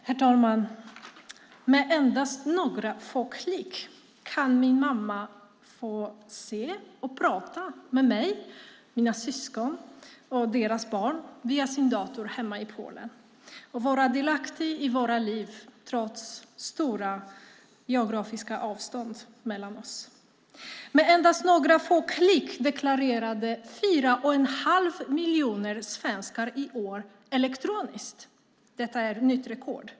Herr talman! Med endast några få klick kan min mamma få se och prata med mig, mina syskon och deras barn via sin dator hemma i Polen och vara delaktig i våra liv trots stora geografiska avstånd mellan oss. Med endast några få klick deklarerade fyra och en halv miljon svenskar i år elektroniskt. Detta är nytt rekord.